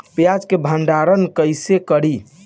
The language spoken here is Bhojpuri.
प्याज के भंडारन कईसे करी?